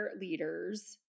leaders